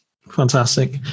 Fantastic